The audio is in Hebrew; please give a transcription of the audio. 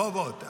בוא, בוא.